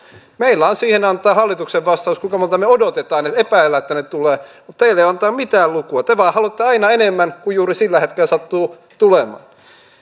meillä on siihen antaa hallituksen vastaus kuinka monta me odotamme epäilemme että tänne tulee mutta teillä ei ole antaa mitään lukua te vain haluatte aina enemmän kuin juuri sillä hetkellä sattuu tulemaan